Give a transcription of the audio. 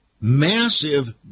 massive